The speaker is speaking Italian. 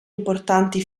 importanti